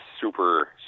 super